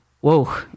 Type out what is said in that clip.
Whoa